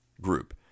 group